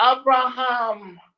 abraham